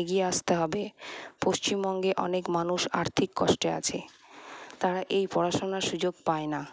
এগিয়ে আসতে হবে পশ্চিমবঙ্গে অনেক মানুষ আর্থিক কষ্টে আছে তারা এই পড়াশুনার সুযোগ পায় না